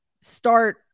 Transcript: start